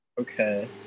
okay